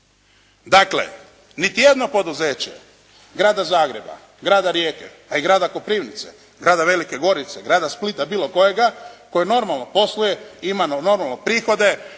Dakle, niti jedno poduzeće grada Zagreba, grada Rijeke a i grada Koprivnice, grada Velike Gorice, grada Splita bilo kojega koji normalno posluje, ima normalno prihode,